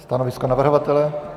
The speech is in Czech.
Stanovisko navrhovatele?